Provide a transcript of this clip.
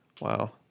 Wow